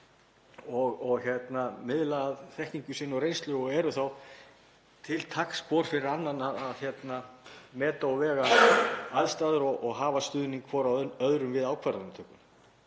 og miðla þekkingu sinni og reynslu og eru til taks hver fyrir annan að meta og vega aðstæður og hafa stuðning hver af öðrum við ákvarðanatöku.